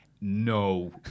no